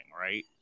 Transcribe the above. right